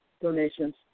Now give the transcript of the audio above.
donations